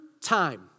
time